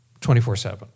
24-7